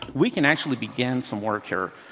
we can actually begin some work here.